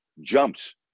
jumps